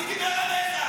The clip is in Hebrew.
מי דיבר עליך?